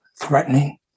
threatening